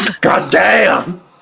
goddamn